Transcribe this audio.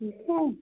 अच्छा